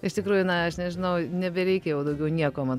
iš tikrųjų na aš nežinau nebereikia jau daugiau nieko man